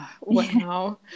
wow